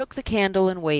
he took the candle and waited,